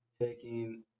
Taking